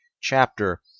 chapter